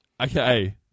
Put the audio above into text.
Okay